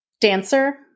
dancer